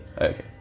Okay